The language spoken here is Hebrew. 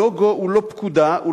הלוגו הוא לא פקודה,